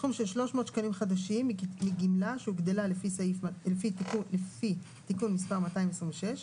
סכום של 300 שקלים חדשים מגמלה שהוגדלה לפי תיקון מס' 226,